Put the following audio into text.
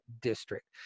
district